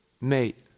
mate